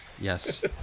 yes